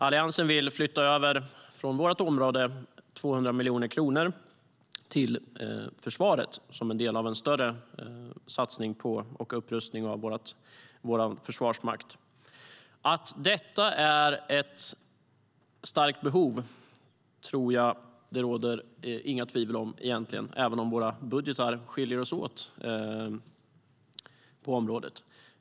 Alliansen vill flytta över 200 miljoner kronor från vårt område till försvaret som en del av en större satsning på och upprustning av vår försvarsmakt. Att detta är ett starkt behov tror jag egentligen inte att det råder några tvivel om, även om våra budgetar skiljer sig åt på området.